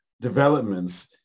developments